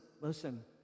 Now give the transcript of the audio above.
listen